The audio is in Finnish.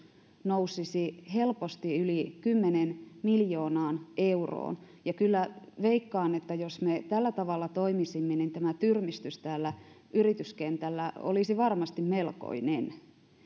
nousisi helposti yli kymmeneen miljoonaan euroon kyllä veikkaan että jos me tällä tavalla toimisimme niin tyrmistys täällä yrityskentällä olisi varmasti melkoinen